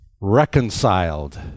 reconciled